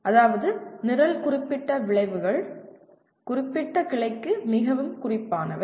அதாவது நிரல் குறிப்பிட்ட விளைவுகள் குறிப்பிட்ட கிளைக்கு மிகவும் குறிப்பானவை